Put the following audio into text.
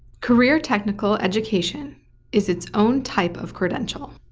career technical education is its own type of credential.